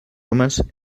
homes